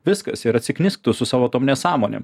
viskas ir atsiknisk tu su savo tom nesąmonėm